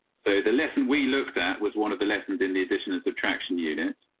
so the lesson we looked at was one of the lessons in the addition and subtraction unit.